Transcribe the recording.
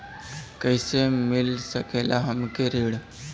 कइसे मिल सकेला हमके ऋण?